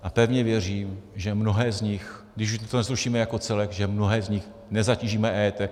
A pevně věřím, že mnohé z nich, když už to nezrušíme jako celek, že mnohé z nich nezatížíme EET.